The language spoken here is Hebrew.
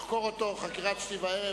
לחקור אותו חקירת שתי וערב?